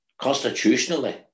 constitutionally